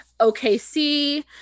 OKC